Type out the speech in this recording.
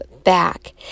Back